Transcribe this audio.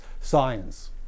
science